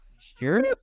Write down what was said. sure